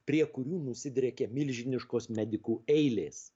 prie kurių nusidriekė milžiniškos medikų eilės